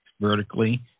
vertically